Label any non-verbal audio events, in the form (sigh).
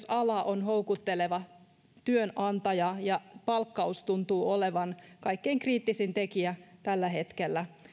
(unintelligible) ala on houkutteleva työnantaja palkkaus tuntuu olevan kaikkein kriittisin tekijä tällä hetkellä